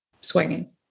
swinging